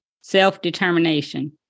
self-determination